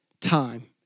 time